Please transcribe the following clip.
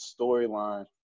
storyline